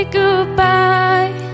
goodbye